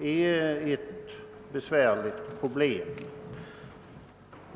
är ett besvärligt problem.